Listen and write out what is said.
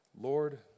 Lord